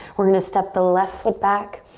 we're gonna step the left foot back.